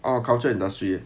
orh culture industry